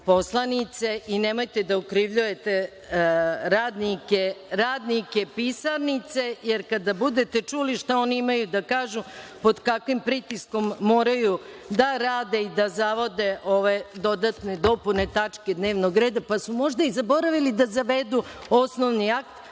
Nemojte da okrivljujete radnike pisarnice, jer kada budete čuli šta oni imaju da kažu, pod kakvim pritiskom moraju da rade, da zavode ove dodatne dopune tačaka dnevnog reda, pa su možda i zaboravili da zavedu osnovni akt,